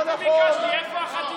לא אמרת שמית.